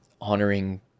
honoring